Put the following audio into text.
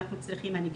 את הנגישות,